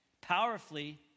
powerfully